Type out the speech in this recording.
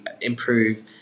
improve